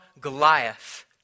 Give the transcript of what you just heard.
Goliath